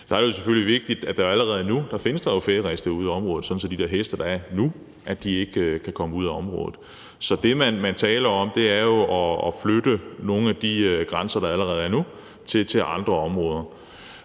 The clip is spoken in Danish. Der er det jo selvfølgelig vigtigt at sige, at der allerede nu findes færiste ude i området, sådan at de der heste, der er der nu, ikke kan komme ud af området. Så det, man taler om, er jo at flytte nogle af de grænser, der allerede er der nu, til andre områder.